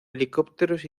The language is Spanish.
helicópteros